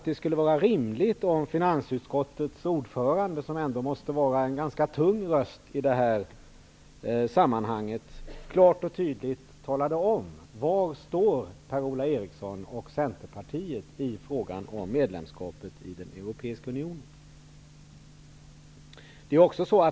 Det vore rimligt att finansutskottets ordförande, Per-Ola Eriksson, vars röst i det här sammanhanget ändå måste vara en ganska tung sådan, klart och tydligt talade om var han och Centerpartiet står i frågan om medlemskapet i den europeiska unionen.